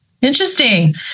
Interesting